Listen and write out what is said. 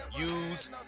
Use